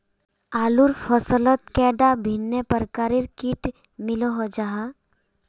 आलूर फसलोत कैडा भिन्न प्रकारेर किट मिलोहो जाहा?